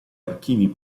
archivi